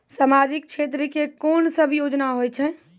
समाजिक क्षेत्र के कोन सब योजना होय छै?